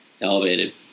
elevated